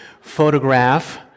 photograph